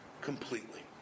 completely